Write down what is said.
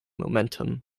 momentum